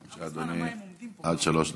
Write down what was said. יש לאדוני עד שלוש דקות.